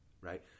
right